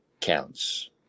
counts